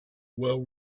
well